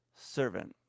servant